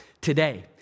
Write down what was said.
today